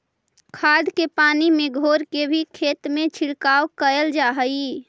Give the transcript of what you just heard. खाद के पानी में घोर के भी खेत में छिड़काव कयल जा हई